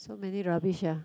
so many rubbish ah